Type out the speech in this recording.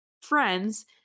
friends